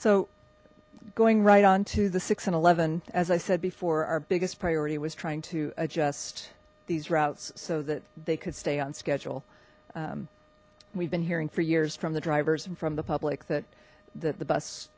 so going right on to the six and eleven as i said before our biggest priority was trying to adjust these routes so that they could stay on schedule we've been hearing for years from the drivers and from the public that that the bus